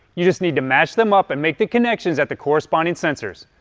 you just need to match them up and make the connections at the corresponding sensors.